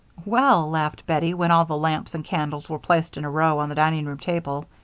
well, laughed bettie, when all the lamps and candles were placed in a row on the dining-room table,